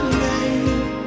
name